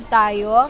tayo